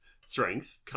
strength